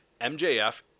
MJF